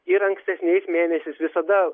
ir ankstesniais mėnesiais visada